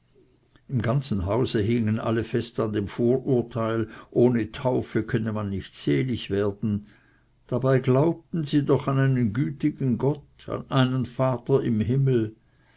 im ganzen hause hingen alle fest an dem vorurteil ohne taufe könne man nicht selig werden dabei glaubten sie doch an einen gütigen gott an einen vater im himmel